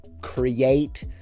create